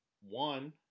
one